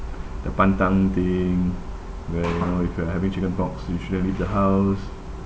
the pantang thing where you know if you're having chicken pox you shouldn't leave the house